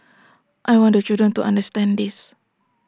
I want the children to understand this